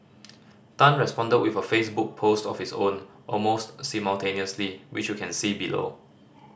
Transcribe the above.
Tan responded with a Facebook post of his own almost simultaneously which you can see below